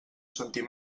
sentir